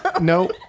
No